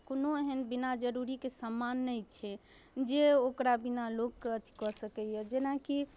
कोनो एहन बिना जरूरीके सामान नहि छै जे ओकरा बिना लोक अथि कऽ सकैए जेनाकि